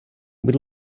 будь